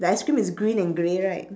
the ice-cream is green and grey right